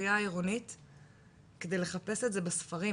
לספרייה העירונית כדי לחפש את זה בספרים